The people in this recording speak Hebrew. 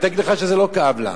היא תגיד לך שזה לא כאב לה,